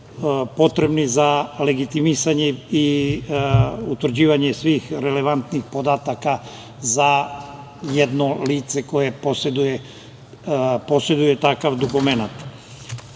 potrebni za legitimisanje i utvrđivanje svih relevantnih podataka za jedno lice koje poseduje takav dokument. Kada